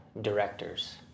directors